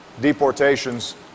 deportations